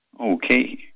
Okay